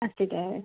ಅಷ್ಟಿದೆ